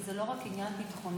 כי זה לא רק עניין ביטחוני.